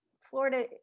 Florida